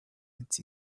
its